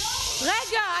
רגע.